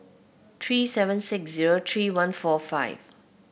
three seven six zero three one four five